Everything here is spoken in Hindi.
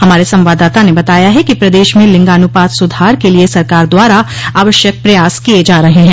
हमारे संवाददाता ने बताया है कि प्रदेश में लिंगानुपात सुधार के लिए सरकार द्वारा आवश्यक प्रयास किए जा रहे हैं